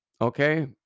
okay